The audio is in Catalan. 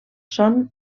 són